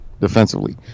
defensively